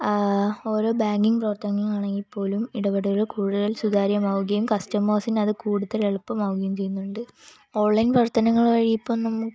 ഓരോ ബാങ്കിങ് പ്രവർത്തനങ്ങളാണെങ്കിൽ പോലും ഇടപെടലുകൾ കൂടുതൽ സുതാര്യമാവുകയും കസ്റ്റമേഴ്സിന് അത് കൂടുതൽ എളുപ്പമാവുകയും ചെയ്യുന്നുണ്ട് ഓൺലൈൻ പ്രവർത്തനങ്ങൾ വഴി ഇപ്പം നമുക്ക്